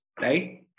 right